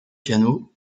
piano